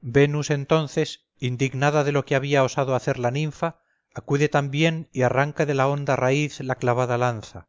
venus entonces indignada de lo que había osado hacer la ninfa acude también y arranca de la honda raíz la clavada lanza